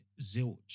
zilch